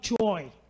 joy